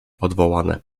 odwołane